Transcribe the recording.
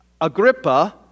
Agrippa